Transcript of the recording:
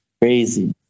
crazy